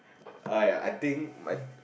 I I think my